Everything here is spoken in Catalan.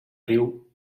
riu